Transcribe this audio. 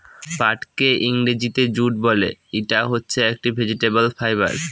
পাটকে ইংরেজিতে জুট বলে, ইটা হচ্ছে একটি ভেজিটেবল ফাইবার